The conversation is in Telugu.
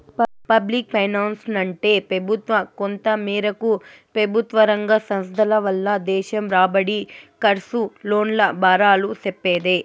పబ్లిక్ ఫైనాన్సంటే పెబుత్వ, కొంతమేరకు పెబుత్వరంగ సంస్థల వల్ల దేశం రాబడి, కర్సు, లోన్ల బారాలు సెప్పేదే